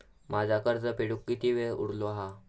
माझा कर्ज फेडुक किती वेळ उरलो हा?